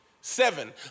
Seven